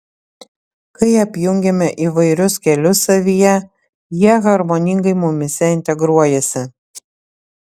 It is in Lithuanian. kai apjungiame įvairius kelius savyje jie harmoningai mumyse integruojasi